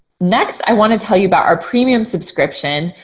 next, i want to tell you about our premium subscription.